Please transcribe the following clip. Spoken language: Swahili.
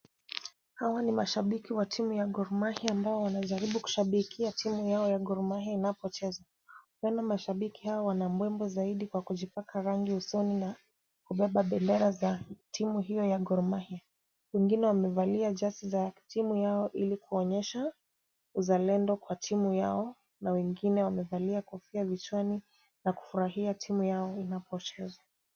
Hawa ni mashabiki wa timu ya Gor Mahia ambao wanajaribu kushabikia timu yao ya Gor Mahia inapocheza. Tena mashabiki hao wana mbwembwe zaidi kwa kujipaka rangi usoni na kubeba bendera za timu hiyo ya Gor Mahia. Wengine wamevalia jezi za timu yao ili kuonyesha uzalendo kwa timu yao na wengine wamevalia kofia vichwani na kufurahia timu yao inapocheza.